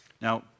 Now